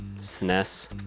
SNES